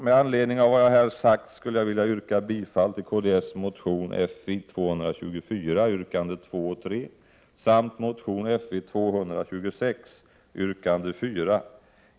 Med anledning av vad jag här har sagt skulle jag vilja yrka bifall till kds motion Fi224, yrkandena 2 och 3, samt motion Fi226, yrkande 4.